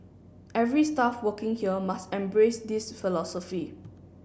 every staff working here must embrace this philosophy